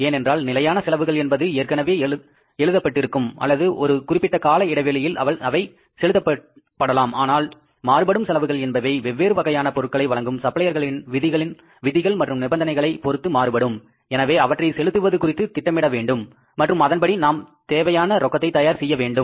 ஏனென்றால் நிலையான செலவுகள் என்பது ஏற்கனவே எழுதப்பட்டிருக்கும் அல்லது ஒரு குறிப்பிட்ட கால இடைவெளியில் அவை செலுத்தப் படலாம் ஆனால் மாறுபடும் செலவுகள் என்பவை வெவ்வேறு வகையான பொருட்களை வழங்கும் சப்ளையர்களின் விதிகள் மற்றும் நிபந்தனைகளை பொருத்து மாறுபடும் எனவே அவற்றை செலுத்துவது குறித்து திட்டமிட வேண்டும் மற்றும் அதன்படி நாம் தேவையான ரொக்கத்தை தயார் செய்ய வேண்டும்